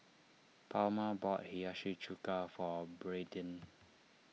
Palma bought Hiyashi Chuka for Braeden